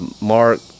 Mark